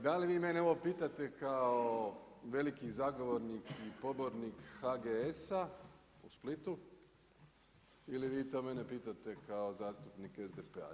Da li vi mene ovo pitate kao veliki zagovornik i pobornik HGS-a u Splitu, ili vi to mene pitate kao zastupnik SDP-a?